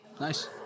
Nice